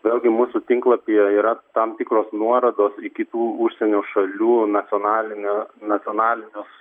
vėlgi mūsų tinklapyje yra tam tikros nuorodos į kitų užsienio šalių nacionalinio nacionalinius